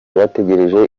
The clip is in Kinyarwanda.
bategereje